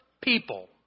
people